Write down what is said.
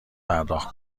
پرداخت